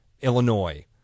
Illinois